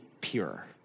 pure